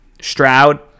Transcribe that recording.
Stroud